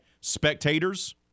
spectators